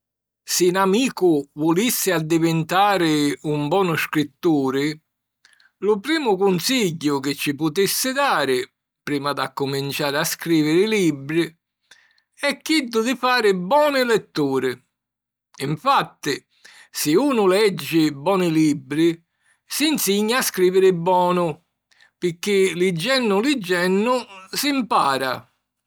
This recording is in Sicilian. Si 'n amicu vulissi addivintari un bonu scritturi, lu primu cunsigghiu chi ci putissi dari prima d'accuminciari a scrìviri libbri è chiddu di fari boni letturi. Infatti, si unu leggi boni libri, si nsigna a scrìviri bonu! Pirchì, liggennu liggenni, si mpara.